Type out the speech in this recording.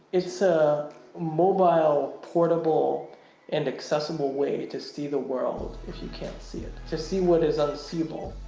it's a mobile, portable and accessible way to see the world if you can't see it. to see what is unseeable